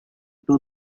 into